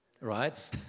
Right